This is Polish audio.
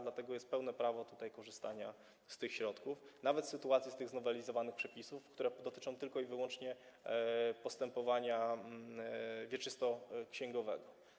Dlatego jest tutaj pełne prawo korzystania z tych środków, nawet w sytuacji tych znowelizowanych przepisów, które dotyczą tylko i wyłącznie postępowania wieczystoksięgowego.